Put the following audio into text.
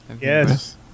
Yes